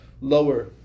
lower